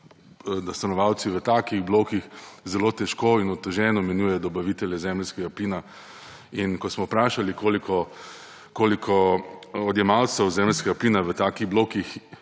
da stanovalci v takih blokih zelo težko in oteženo menjujejo dobavitelje zemeljskega plina. In ko smo vprašali, koliko odjemalcev zemeljskega plina v takih blokih,